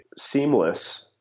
seamless